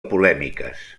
polèmiques